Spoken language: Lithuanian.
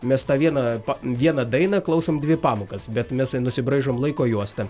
mes tą vieną vieną dainą klausom dvi pamokas bet mesai nusibraižom laiko juostą